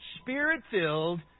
spirit-filled